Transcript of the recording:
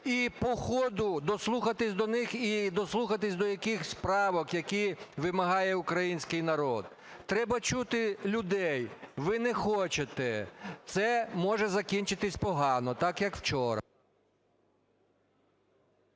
і по ходу дослухатись до них і дослухатись до якихось правок, які вимагає український народ? Треба чути людей. Ви не хочете. Це може закінчитись погано – так, як вчора.